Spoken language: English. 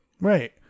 Right